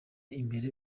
imbere